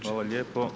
Hvala lijepo.